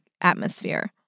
atmosphere